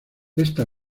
esta